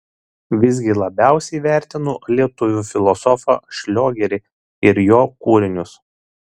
visgi labiausiai vertinu lietuvių filosofą šliogerį ir jo kūrinius